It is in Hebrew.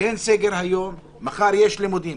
אין סגר היום, מחר יש לימודים.